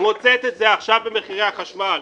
מוצאת את זה עכשיו במחירי החשמל.